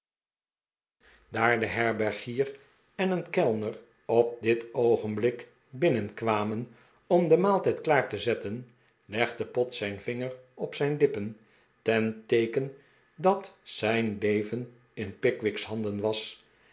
daar de herbergier en een kellner op dit oogenblik bmnenkwamen om den maaltijd klaar te zetten legde pott zijn vinger op zijn lippen ten teeken dat zijn leveh in pickwick's handen was